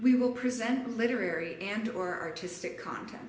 we will present literary and or artistic content